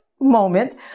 moment